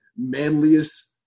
manliest